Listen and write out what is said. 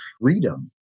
freedom